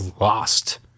lost